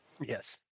Yes